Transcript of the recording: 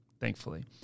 thankfully